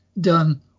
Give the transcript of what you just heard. done